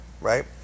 right